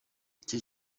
icyo